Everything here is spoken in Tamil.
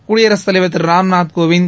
குடியரசுத் தலைவர் திரு ராம்நாத் கோவிந்த்